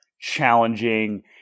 challenging